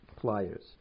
pliers